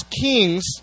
Kings